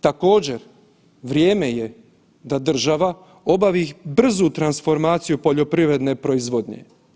Također vrijeme je da država obavi brzu transformaciju poljoprivredne proizvodnje.